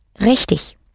Richtig